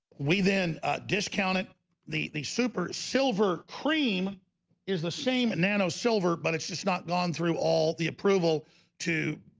we then discounted the the super silver cream is the same. nano silver but it's just not gone through all the approval to